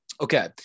Okay